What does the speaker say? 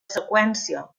seqüència